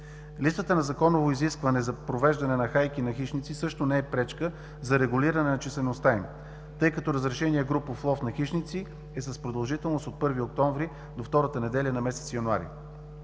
Липсата на законово изискване за провеждане на хайки на хищници също не е пречка за регулиране на числеността им, тъй като разрешеният групов лов на хищници е с продължителност от 1 октомври до втората неделя на месец януари.